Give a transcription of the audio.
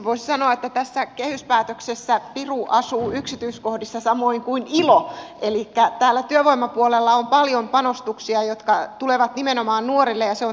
voisi sanoa että tässä kehyspäätöksessä piru asuu yksityiskohdissa samoin kuin ilo elikkä täällä työvoimapuolella on paljon panostuksia jotka tulevat nimenomaan nuorille ja se on tietenkin hyvä asia